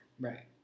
right